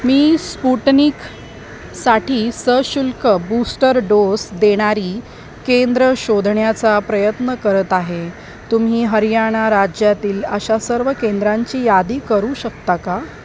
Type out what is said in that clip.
मी Sputnik साठी सशुल्क booster dose देणारी केंद्र शोधण्याचा प्रयत्न करत आहे तुम्ही हरियाणा राज्यातील अशा सर्व केंद्रांची यादी करू शकता का